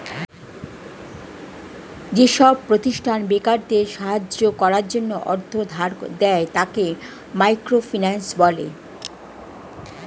যেসব প্রতিষ্ঠান বেকারদের সাহায্য করার জন্য অর্থ ধার দেয়, তাকে মাইক্রো ফিন্যান্স বলে